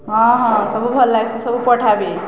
ହଁ ହଁ ସବୁ ଭଲ ଲାଗ୍ସି ସବୁ ପଢଠା ବିି